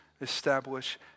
establish